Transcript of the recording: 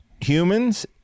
humans